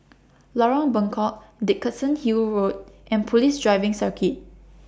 Lorong Bengkok Dickenson Hill Road and Police Driving Circuit